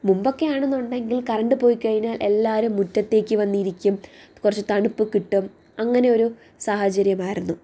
മുമ്പക്കെ ആണെന്നുണ്ടെങ്കിൽ കറണ്ട് പോയിക്കഴിഞ്ഞാൽ എല്ലാവരും മുറ്റത്തേക്ക് വന്ന് ഇരിക്കും കുറച്ച് തണുപ്പ് കിട്ടും അങ്ങനെ ഒരു സാഹചര്യമായിരുന്നു